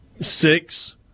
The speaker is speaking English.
six